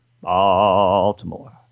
Baltimore